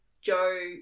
Joe